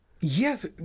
Yes